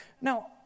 Now